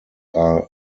are